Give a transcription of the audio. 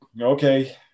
Okay